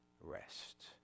rest